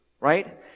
right